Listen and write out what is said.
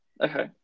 Okay